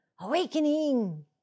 awakening